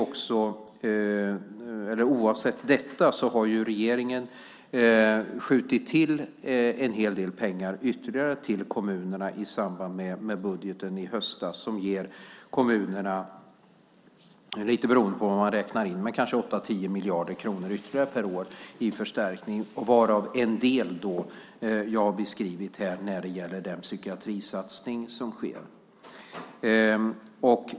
Oavsett detta har regeringen skjutit till en hel del pengar ytterligare till kommunerna i samband med budgeten i höstas som ger kommunerna, lite beroende på vad man räknar in, kanske 8-10 miljarder kronor ytterligare per år i förstärkning, och jag har här beskrivit den del som gäller den psykiatrisatsning som sker.